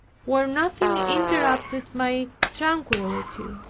where nothing interrupted my tranquillity!